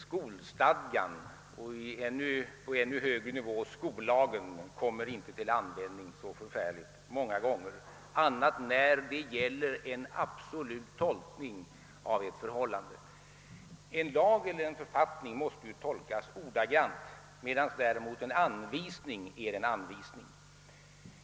Skolstadgan — och på ännu högre nivå skollagen — kommer egentligen inte till användning annat än när det gäller en absolut tolkning av ett förhållande. En lag eller en författning skall ju tolkas ordagrant, medan däremot en anvisning är en anvisning.